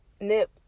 Nip